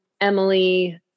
Emily